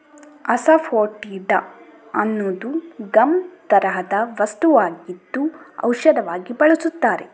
asafoetida ಅನ್ನುವುದು gum ತರಹದ ವಸ್ತುವಾಗಿದ್ದು ಔಷಧವಾಗಿ ಬಳಸುತ್ತಾರೆ